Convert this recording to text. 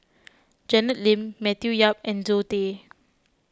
Janet Lim Matthew Yap and Zoe Tay